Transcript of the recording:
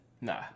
Nah